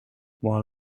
while